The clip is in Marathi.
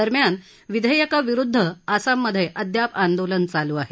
दरम्यान विधेयकाविरुद्ध आसाममधे अद्याप आंदोलन चालू आहे